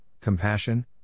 compassion